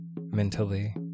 mentally